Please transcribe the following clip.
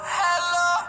hello